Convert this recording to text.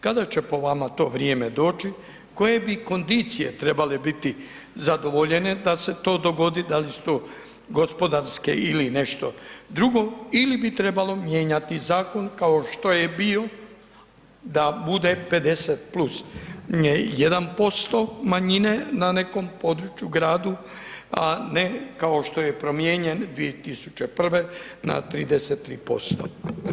Kada će po vama to vrijeme doći, koje bi kondicije trebale biti zadovoljene da se to dogodi, da li su to gospodarske ili nešto ili bi trebalo mijenjati zakon kao što je bio da bude 50+1% manjine na nekom području, gradu a ne kao što je promijenjen 2001. na 33%